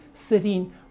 sitting